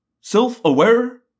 Self-aware